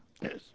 Yes